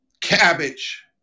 cabbage